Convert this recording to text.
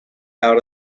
out